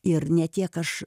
ir ne tiek aš